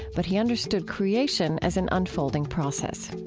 but he understood creation as an unfolding process.